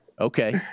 Okay